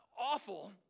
awful